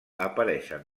apareixen